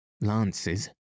Lances